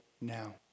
now